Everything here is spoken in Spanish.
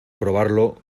probarlo